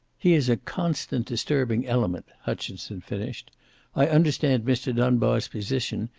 he is a constant disturbing element, hutchinson finished i understand mr. dunbar's position,